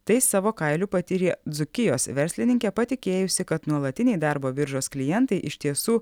tai savo kailiu patyrė dzūkijos verslininkė patikėjusi kad nuolatiniai darbo biržos klientai iš tiesų